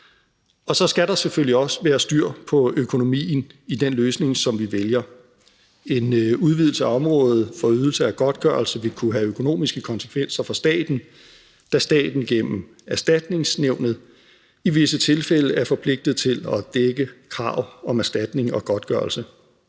Og så skal der selvfølgelig også være styr på økonomien i den løsning, som vi vælger. En udvidelse af området for ydelse af godtgørelse vil kunne have økonomiske konsekvenser for staten, da staten gennem Erstatningsnævnet i visse tilfælde er forpligtet til at dække krav om erstatning og godtgørelse.